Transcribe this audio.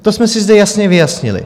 To jsme si zde jasně vyjasnili.